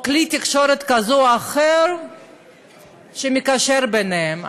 או כלי תקשורת כזה או אחר שמקשר ביניהם.